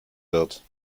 wird